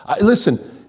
Listen